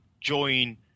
join